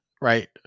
Right